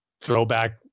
throwback